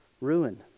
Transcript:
Ruin